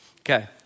Okay